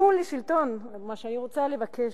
מה שאני רוצה לבקש,